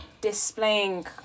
displaying